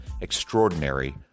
extraordinary